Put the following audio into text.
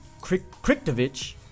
Kriktovich